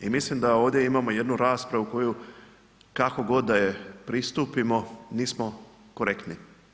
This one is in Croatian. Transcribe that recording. I mislim da ovdje imamo jednu raspravu koju kako god da joj pristupimo, nismo korektni.